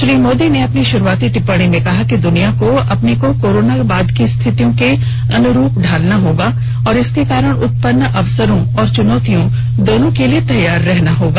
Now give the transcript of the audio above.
श्रीमोदी ने अपनी शुरूआती टिप्प्णी में कहा कि दुनिया को अपने को कोरोना पश्चात की स्थितियों के अनुरूप ढ़ालना होगा और इसके कारण उत्पनन्न अवसरों और चुनौतियों दोनों के लिए तैयार रहना होगा